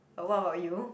um what about you